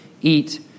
eat